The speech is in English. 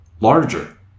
larger